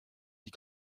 die